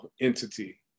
entity